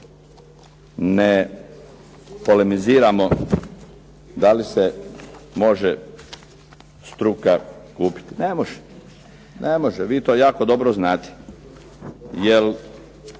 ne polemiziramo da li se može struka kupiti? Ne može. Ne može, vi to jako dobro znate.